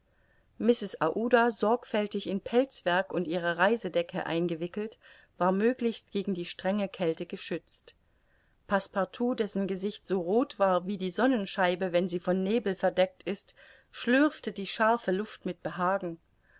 aouda sorgfältig in pelzwerk und ihre reisedecke eingewickelt war möglichst gegen die strenge kälte geschützt passepartout dessen gesicht so roth war wie die sonnenscheibe wenn sie von nebel verdeckt ist schlürfte die scharfe luft mit behagen